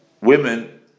women